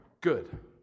good